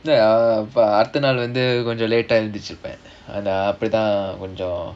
then அடுத்த நாள் வந்து கொஞ்சம்:adutha naal vandhu konjam late ah எந்திரிச்சிப்பேன் அப்டித்தான் கொஞ்சம்:enthirichippaen apdithaan konjam